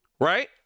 Right